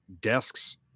desks